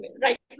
Right